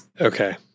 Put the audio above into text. Okay